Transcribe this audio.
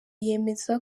yemeza